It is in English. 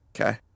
Okay